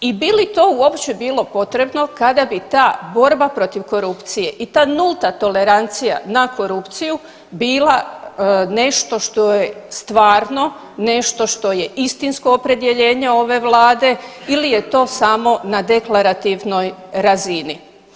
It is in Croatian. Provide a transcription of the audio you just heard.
I bi li to uopće bilo potrebno kada bi ta borba protiv korupcije i ta nulta tolerancija na korupciju bila nešto što je stvarno, nešto što je istinsko opredjeljenje ove Vlade ili je to samo na deklarativnoj razini.